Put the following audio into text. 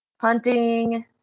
hunting